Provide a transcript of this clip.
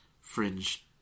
fringe